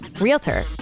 realtor